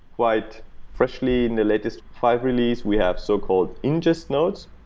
quite freshly, in the latest five release, we have so-called ingest nodes,